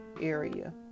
area